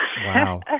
Wow